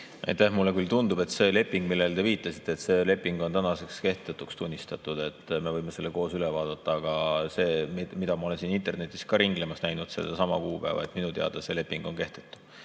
Aitäh! Mulle küll tundub, et see leping, millele te viitasite, on tänaseks kehtetuks tunnistatud. Me võime selle koos üle vaadata, aga see, mida ma olen siin internetis ka ringlemas näinud, sedasama kuupäeva, minu teada see leping on kehtetu.